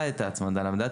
כי זה לא יהיה לכם נכון.